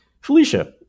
Felicia